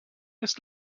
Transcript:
ist